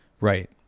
Right